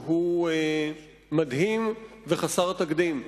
שהוא מדהים וחסר תקדים.